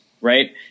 right